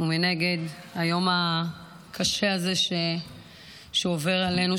ומנגד היום הקשה הזה שעובר עלינו,